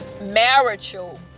marital